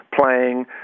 playing